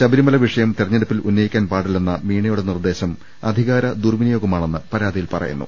ശബരിമല വിഷയം തെരഞ്ഞെടുപ്പിൽ ഉന്നയിക്കാൻ പാടില്ലെന്ന മീണയുടെ നിർദ്ദേശം അധി കാര ദുർവിനിയോഗമാണെന്ന് പരാതിയിൽ പറയുന്നു